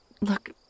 Look